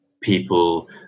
people